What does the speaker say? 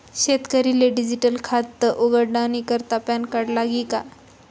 शेतकरीले डिजीटल खातं उघाडानी करता पॅनकार्ड लागी का?